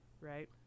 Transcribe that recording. right